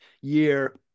year